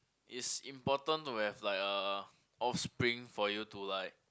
is important to have like a offspring for you to like